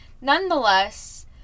Nonetheless